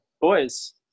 Boys